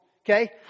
Okay